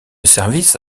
service